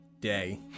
day